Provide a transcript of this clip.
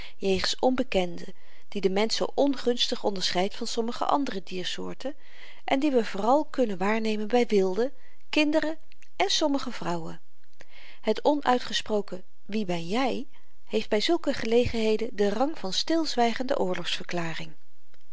jegens onbekenden die den mensch zoo ongunstig onderscheidt van sommige andere diersoorten en die we vooral kunnen waarnemen by wilden kinderen en sommige vrouwen het onuitgesproken wie ben jy heeft by zulke gelegenheden den rang van stilzwygende oorlogsverklaring